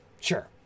sure